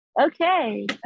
Okay